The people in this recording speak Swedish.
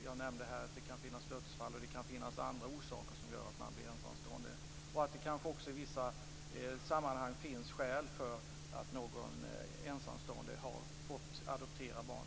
Jag nämnde här att det kan bero på dödsfall och att det kan finnas andra orsaker som gör att man blir ensamstående. I vissa sammanhang kanske det också finns skäl för att någon ensamstående har fått adoptera barn.